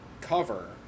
cover